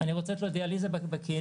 אני רוצה לתת לו דיאליזה בקהילה,